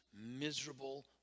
miserable